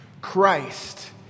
Christ